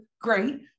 Great